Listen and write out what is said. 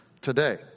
today